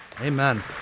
Amen